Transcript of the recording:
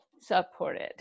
supported